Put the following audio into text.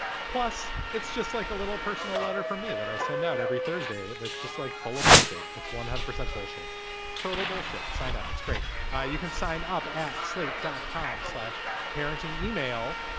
plus it's just like a little personal letter for me that i send out every thursday. that's just like follow bullshit. it's one hundred percent bullshit total bullshit. sign up it's great you can sign up at slate dot com slash parenting email.